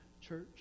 church